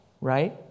right